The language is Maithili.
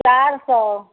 चारि सए